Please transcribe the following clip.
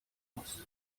muss